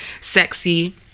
sexy